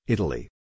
Italy